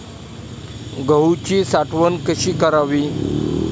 गहूची साठवण कशी करावी?